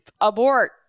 abort